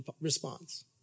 response